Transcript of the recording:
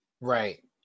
right